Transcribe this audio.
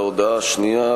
ההודעה השנייה,